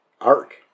arc